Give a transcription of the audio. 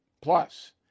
Plus